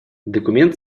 документ